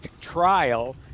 trial